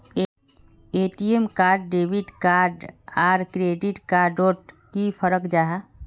ATM card debit card आर credit card डोट की फरक जाहा?